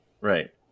Right